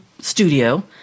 studio